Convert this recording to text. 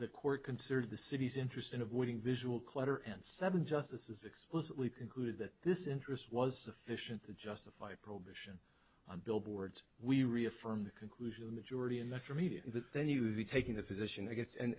the court considered the city's interest in avoiding visual clutter and seven justices explicitly concluded that this interest was fission to justify prohibition on billboards we reaffirm the conclusion majority and let's review it then you would be taking the position i guess and